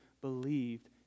believed